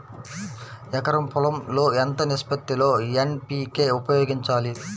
ఎకరం పొలం లో ఎంత నిష్పత్తి లో ఎన్.పీ.కే ఉపయోగించాలి?